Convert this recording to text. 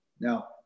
Now